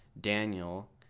Daniel